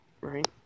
right